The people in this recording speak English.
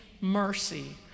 mercy